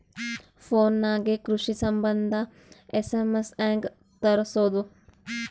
Phone ನಾಗೆ ಕೃಷಿ ಸಂಬಂಧ ಎಸ್.ಎಮ್.ಎಸ್ ಹೆಂಗ ತರಸೊದ?